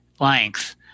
length